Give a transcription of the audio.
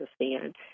understand